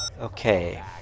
Okay